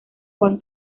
juan